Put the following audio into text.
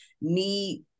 need